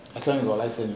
this one got lesson